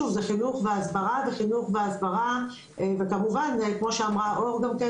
שוב זה חינוך והסברה וכמובן כמו שאמרה או גם כן,